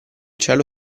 cielo